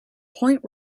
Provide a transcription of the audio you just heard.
point